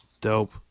Dope